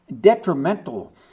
detrimental